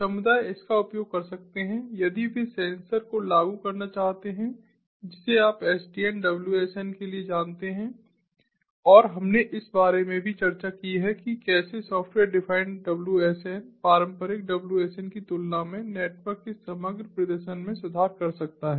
समुदाय इसका उपयोग कर सकते हैं यदि वे सेंसर को लागू करना चाहते हैं जिसे आप एसडीएन डब्ल्यूएसएन के लिए जानते हैं और हमने इस बारे में भी चर्चा की है कि कैसे सॉफ्टवेयर डिफाइंड डब्ल्यूएसएन पारंपरिक डब्ल्यूएसएन की तुलना में नेटवर्क के समग्र प्रदर्शन में सुधार कर सकता है